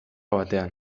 batean